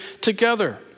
together